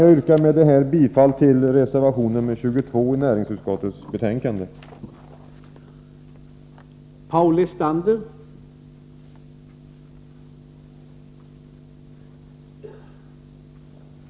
Jag yrkar med detta bifall till reservation nr 22 i näringsutskottets betänkande nr 30.